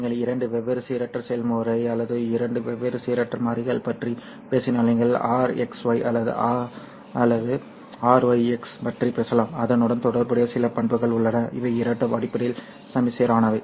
நீங்கள் இரண்டு வெவ்வேறு சீரற்ற செயல்முறை அல்லது இரண்டு வெவ்வேறு சீரற்ற மாறிகள் பற்றி பேசினால் நீங்கள் RXY அல்லது RYX பற்றி பேசலாம் அதனுடன் தொடர்புடைய சில பண்புகள் உள்ளன இவை இரண்டும் அடிப்படையில் சமச்சீரானவை